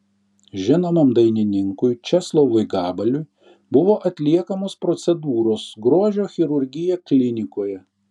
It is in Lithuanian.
žinomam dainininkui česlovui gabaliui buvo atliekamos procedūros grožio chirurgija klinikoje